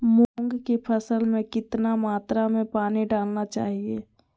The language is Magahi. मूंग की फसल में कितना मात्रा में पानी डालना चाहिए?